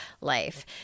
life